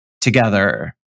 together